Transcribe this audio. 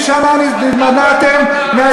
60 שנה סתמתם את פיות העם,